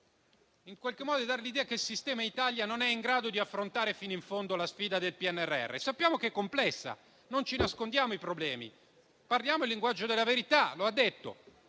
In qualche modo si dà l'idea che il sistema Italia non è in grado di affrontare fino in fondo la sfida del PNRR. Sappiamo che è una sfida complessa. Non ci nascondiamo i problemi. Parliamo il linguaggio della verità, come lei ha detto.